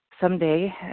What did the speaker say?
someday